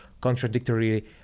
contradictory